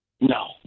No